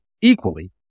equally